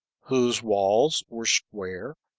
whose walls were square,